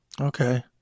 Okay